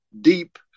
deep